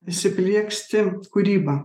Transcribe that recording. įsiplieksti kūryba